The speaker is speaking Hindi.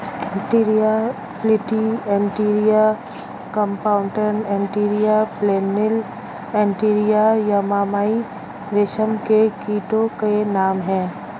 Antheraea frithi Antheraea compta Antheraea pernyi Antheraea yamamai रेशम के कीटो के नाम हैं